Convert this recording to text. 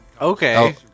okay